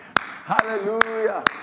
Hallelujah